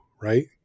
right